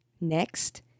Next